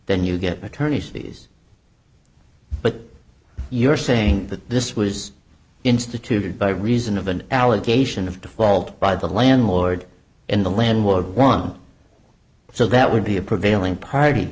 then you get attorney's fees but you're saying that this was instituted by reason of an allegation of default by the landlord in the landlord want so that would be a prevailing party